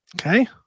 Okay